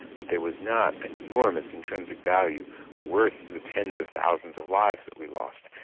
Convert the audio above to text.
but there was not enormous intrinsic value worth the tens of thousands of lives that we lost.